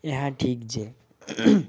ଏହା ଠିକ୍ ଯେ